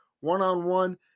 one-on-one